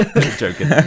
joking